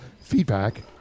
Feedback